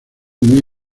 muy